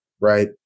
right